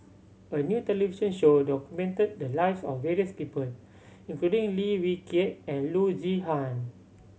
a new television show documented the lives of various people including Lim Wee Kiak and Loo Zihan